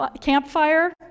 Campfire